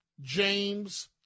James